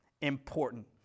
important